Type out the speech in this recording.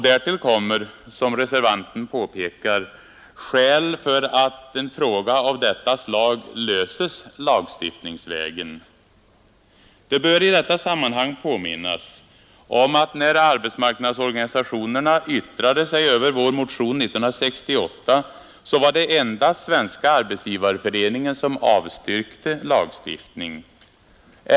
Därtill finns det, som reservanten framhåller, andra skäl för att en fråga av detta slag löses lagstiftningsvägen. Det bör i detta sammanhang påminnas om att det när arbetsmarknadsorganisationerna yttrade sig över vår motion år 1968 endast var Svenska 3” arbetsgivareföreningen som avstyrke lagstiftning.